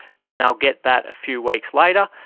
then they'll get that a few weeks later.